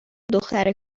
دختر